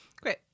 great